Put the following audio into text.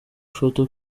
foto